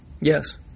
Yes